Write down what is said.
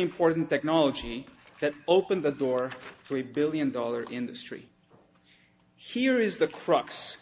important technology that opened the door for a billion dollar industry here is the crux